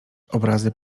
obrazy